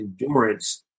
endurance